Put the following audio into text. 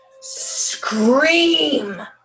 scream